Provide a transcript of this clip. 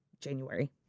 January